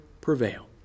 prevail